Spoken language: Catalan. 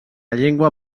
llengua